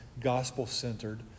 gospel-centered